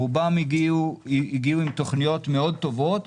רובם הגיעו עם תוכניות מאוד טובות,